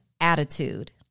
attitude